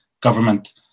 government